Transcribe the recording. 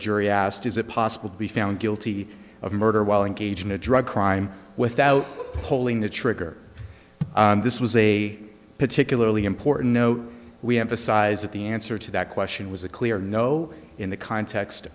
jury asked is it possible to be found guilty of murder while engaged in a drug crime without pulling the trigger this was a particularly important note we emphasize that the answer to that question was a clear no in the context